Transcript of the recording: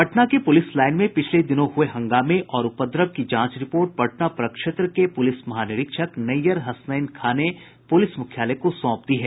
पटना के police line में पिछले दिनों हये हंगामे और उपद्रव की जांच रिपोर्ट पटना प्रक्षेत्र के पूलिस महानिरीक्षक नैयर हसनैन खां ने पूलिस मूख्यालय को सौंप दी है